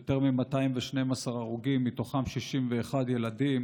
יותר מ-212 הרוגים, מהם 61 ילדים